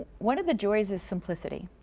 one of the joys is simplicity.